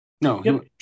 No